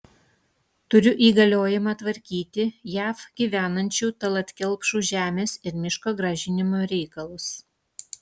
turiu įgaliojimą tvarkyti jav gyvenančių tallat kelpšų žemės ir miško grąžinimo reikalus